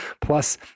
Plus